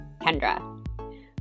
Kendra